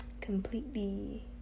completely